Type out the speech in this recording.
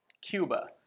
Cuba